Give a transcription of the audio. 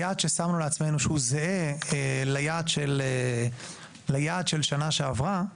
היעד ששמנו לעצמנו שהוא זהה ליעד של שנה שעברה,